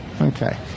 Okay